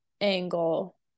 angle